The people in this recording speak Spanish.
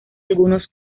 algunos